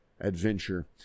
adventure